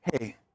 hey